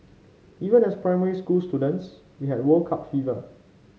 even as primary school students we had World Cup fever